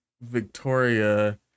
Victoria